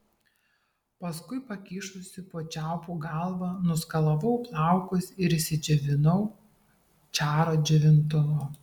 paskui pakišusi po čiaupu galvą nuskalavau plaukus ir išsidžiovinau čaro džiovintuvu